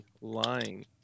lying